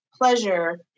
pleasure